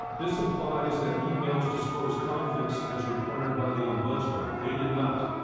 this implies that emails disclose conflicts as required by the ombudsman. they did not.